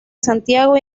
santiago